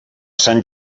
sant